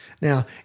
Now